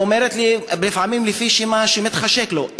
היא אומרת לי, לפעמים לפי מה שמתחשק לו.